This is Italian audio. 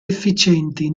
efficienti